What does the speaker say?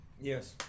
Yes